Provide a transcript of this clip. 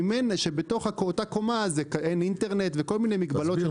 שבתוך הקומה אין אינטרנט ויש מגבלות.